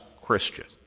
Christian